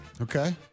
Okay